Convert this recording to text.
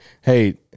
Hey